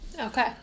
Okay